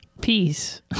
peace